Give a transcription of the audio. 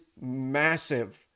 massive